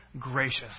gracious